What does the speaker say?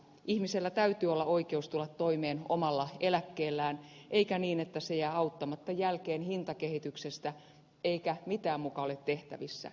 ihmisellä täytyy olla oikeus tulla toimeen omalla eläkkeellään eikä niin että se jää auttamatta jälkeen hintakehityksestä eikä mitään muka ole tehtävissä